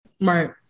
right